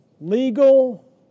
legal